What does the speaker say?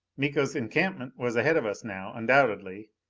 miko's encampment was ahead of us now, undoubtedly.